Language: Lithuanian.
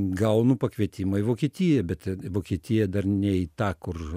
gaunu pakvietimą į vokietiją bet ten vokietija dar ne į tą kur